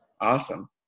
Awesome